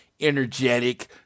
energetic